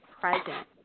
present